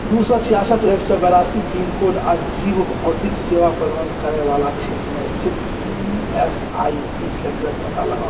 दू सए छिआसठ एक सए बेरासी पिनकोड आ जीवभौतिक सेवा प्रदान करय बला क्षेत्रमे स्थित ई एस आई सी केन्द्रक पता लगाउ